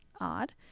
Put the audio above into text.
odd